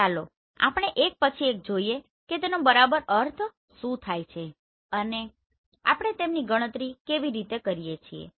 ચાલો આપણે એક પછી એક જોઈએ કે તેનો બરાબર અર્થ શું થાય છે અને આપણે તેમની ગણતરી કેવી રીતે કરીએ છીએ